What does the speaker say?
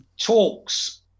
talks